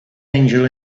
angel